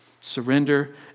Surrender